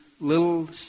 little